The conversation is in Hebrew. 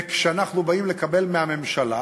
וכשאנחנו באים לקבל מהממשלה,